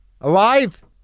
Alive